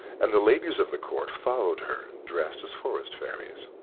and the ladies of the court followed her dressed as forest fairies.